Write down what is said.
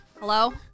Hello